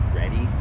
ready